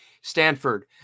Stanford